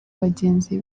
bagenzi